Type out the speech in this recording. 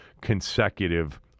consecutive